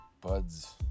buds